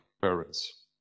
parents